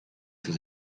zur